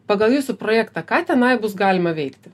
pagal jūsų projektą ką tenai bus galima veikti